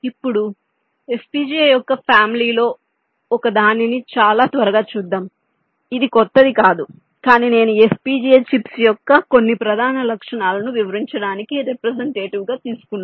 ఇప్పుడు FPGA యొక్క family లో ఒకదానిని చాలా త్వరగా చూద్దాం ఇది కొత్తది కాదు కానీ నేను FPGA చిప్స్ యొక్క కొన్ని ప్రధాన లక్షణాలు ను వివరించడానికి రెప్రెసెంటేటివ్ గా తీసుకున్నాను